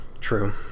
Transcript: True